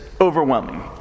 overwhelming